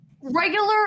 Regular